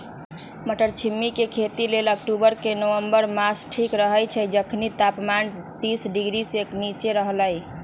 मट्टरछिमि के खेती लेल अक्टूबर से नवंबर मास ठीक रहैछइ जखनी तापमान तीस डिग्री से नीचा रहलइ